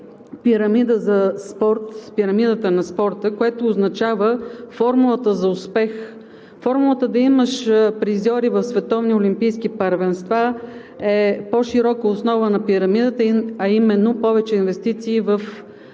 пирамида на спорта, което означава формулата за успех, формулата да имаш призьори в световни олимпийски първенства е по-широка основа на пирамидата, а именно повече инвестиции в спорта